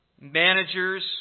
Managers